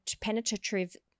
penetrative